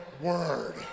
Word